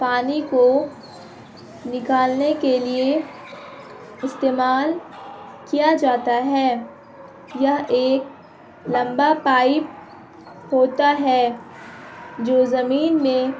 پانی کو نکالنے کے لیے استعمال کیا جاتا ہے یہ ایک لمبا پائپ ہوتا ہے جو زمین میں